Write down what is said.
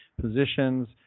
positions